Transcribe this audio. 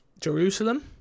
Jerusalem